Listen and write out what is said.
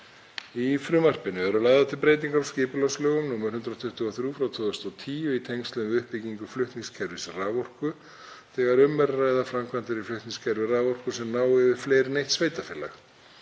Í frumvarpinu eru lagðar til breytingar á skipulagslögum, nr. 123/2010, í tengslum við uppbyggingu flutningskerfis raforku þegar um er að ræða framkvæmdir í flutningskerfi raforku sem ná yfir fleiri en eitt sveitarfélag.